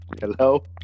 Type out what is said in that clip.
hello